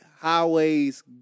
highways